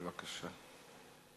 בבקשה.